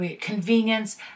Convenience